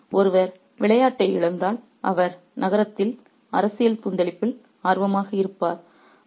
எனவே ஒருவர் விளையாட்டை இழந்தால் அவர் நகரத்தின் அரசியல் கொந்தளிப்பில் ஆர்வமாக இருப்பார்